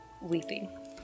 weeping